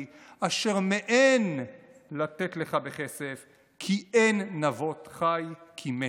אשר מאן לתת לך בכסף כי אין נבות חי כי מת".